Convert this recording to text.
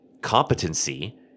competency